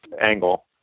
angle